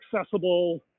accessible